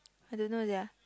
I don't know their